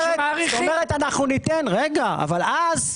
אבל אז,